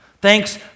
Thanks